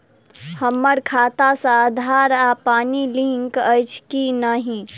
हम्मर खाता सऽ आधार आ पानि लिंक अछि की नहि?